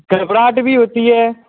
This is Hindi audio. घबराहट भी होती है